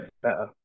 better